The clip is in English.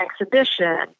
exhibition